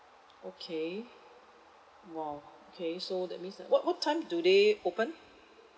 okay !wow! K so that means uh what what time do they open